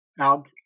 out